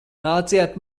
nāciet